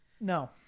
No